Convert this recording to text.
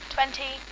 Twenty